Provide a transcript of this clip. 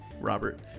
Robert